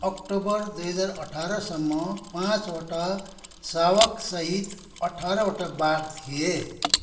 October दुई हजार अठारसम्म पाँचवटा शावकसहित अठारवटा बाघ थिए